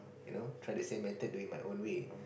you know try the same method do it my own way